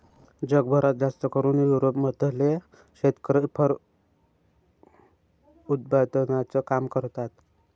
जगभरात जास्तकरून युरोप मधले शेतकरी फर उत्पादनाचं काम करतात